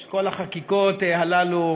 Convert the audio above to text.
של כל החקיקות האלה,